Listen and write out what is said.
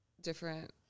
different